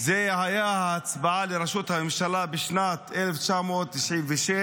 היה ההצבעה לראשות הממשלה בשנת 1996,